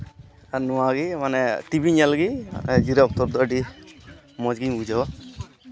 ᱟᱨ ᱱᱚᱣᱟᱜᱮ ᱢᱟᱱᱮ ᱴᱤᱵᱷᱤ ᱧᱮᱞ ᱞᱟᱹᱜᱤᱫ ᱟᱞᱮ ᱡᱤᱨᱟᱹᱜ ᱚᱠᱛᱚ ᱨᱮᱫᱚ ᱟᱹᱰᱤ ᱢᱚᱡᱽ ᱜᱤᱧ ᱵᱩᱡᱷᱟᱹᱣᱟ